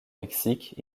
mexique